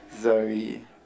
Zoe